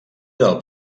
del